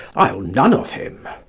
i'll none of him.